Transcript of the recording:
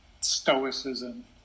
stoicism